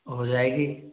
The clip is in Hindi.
हो जाएगी